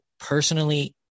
personally